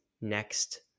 next